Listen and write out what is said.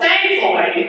Thankfully